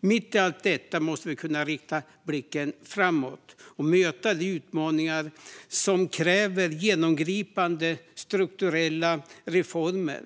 Mitt i allt detta måste vi kunna rikta blicken framåt och möta de utmaningar som kräver genomgripande strukturella reformer.